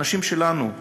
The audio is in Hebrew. אנשים שלנו,